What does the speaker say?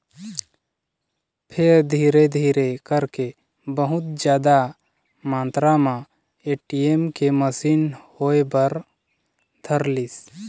फेर धीरे धीरे करके बहुत जादा मातरा म ए.टी.एम के मसीन होय बर धरलिस